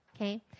okay